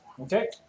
Okay